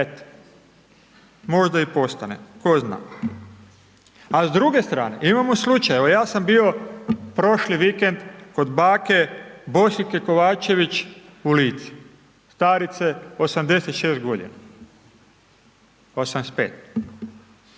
možda i postane tko zna. A s druge strane imamo slučaj, evo ja sam bio prošli vikend kod bake Bosiljke Kovačević u Lici, starice 86.g., 85.